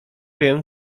wiem